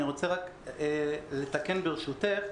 אני רוצה רק לתקן, ברשותך,